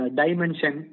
dimension